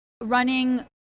running